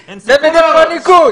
אדוני היושב ראש, אני חייב ללכת.